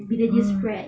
mm